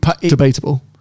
Debatable